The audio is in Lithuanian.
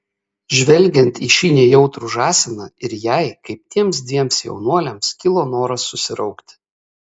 žvelgiant į šį nejautrų žąsiną ir jai kaip tiems dviem jaunuoliams kilo noras susiraukti